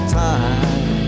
time